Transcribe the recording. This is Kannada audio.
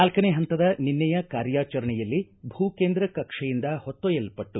ನಾಲ್ಕನೇ ಪಂತದ ನಿನ್ನೆಯ ಕಾರ್ಯಾಚರಣೆಯಲ್ಲಿ ಭೂ ಕೇಂದ್ರ ಕಕ್ಷೆಯಿಂದ ಹೊತ್ತೊಯ್ಯಲ್ಪಟ್ಟು